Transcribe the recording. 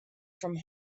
from